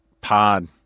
Pod